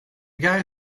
guy